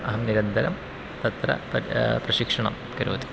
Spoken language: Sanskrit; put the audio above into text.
अहं निरन्तरं तत्र परं प्रशिक्षणं करोति